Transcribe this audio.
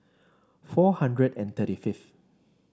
four hundred and thirty fifth